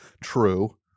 true